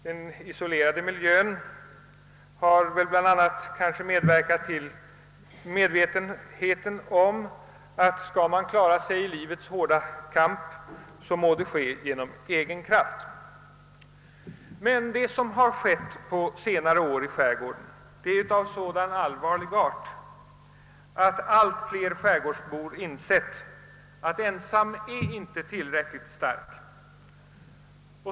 Den isolerade miljön har kanske medverkat till medvetenheten om att om man skall klara sig i livets hårda kamp, må man göra det genom egen kraft. Men det som under senare år har hänt i skärgården är så allvarligt, att allt fler skärgårdsbor insett att »ensam inte är tillräckligt stark».